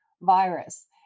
virus